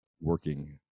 working